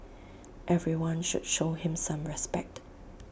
everyone should show him some respect